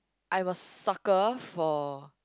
I'm a sucker for